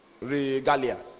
Regalia